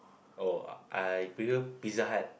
oh I prefer Pizza-Hut